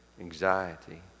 anxiety